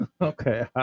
Okay